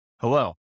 hello